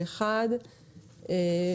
הצבעה אושר פה אחד.